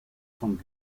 von